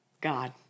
God